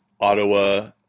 Ottawa